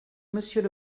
monsieur